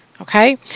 Okay